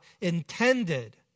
intended